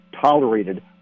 tolerated